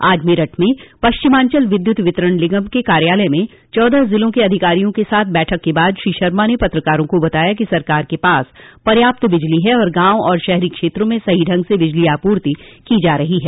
आज मेरठ में पश्मिांचल विद्यूत वितरण निगम के कार्यालय में चौदह जिलों के अधिकारियों के साथ बैठक के बाद श्री शर्मा ने पत्रकारों को बताया कि सरकार के पास पर्याप्त बिजली है और गांव व शहरी क्षेत्रों में सहीं ढंग से बिजली आपूर्ति की जा रही है